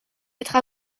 être